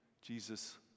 Jesus